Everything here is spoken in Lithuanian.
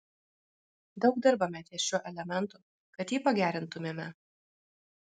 daug dirbame ties šiuo elementu kad jį pagerintumėme